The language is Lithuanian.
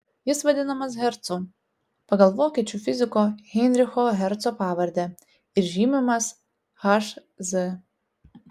jis vadinamas hercu pagal vokiečių fiziko heinricho herco pavardę ir žymimas hz